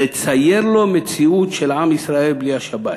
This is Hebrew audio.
לצייר לו מציאות של עם ישראל בלי השבת".